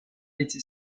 été